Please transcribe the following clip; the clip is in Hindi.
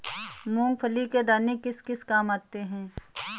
मूंगफली के दाने किस किस काम आते हैं?